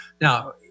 now